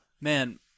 man